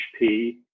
HP